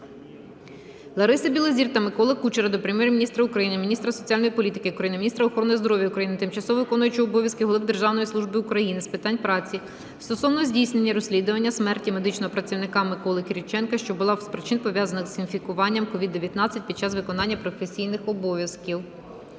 Лариси Білозір та Миколи Кучера до Прем'єр-міністра України, міністра соціальної політики України, міністра охорони здоров'я України, тимчасово виконуючого обов'язки голови Державної служби України з питань праці стосовно здійснення розслідування смерті медичного працівника Миколи Кіріченка, що була з причин, пов'язаних з інфікуванням COVID-19 під час виконання професійних обов'язків.